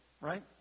right